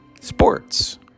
sports